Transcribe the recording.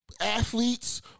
athletes